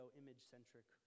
image-centric